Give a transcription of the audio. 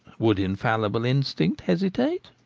would infallible instinct hesitate?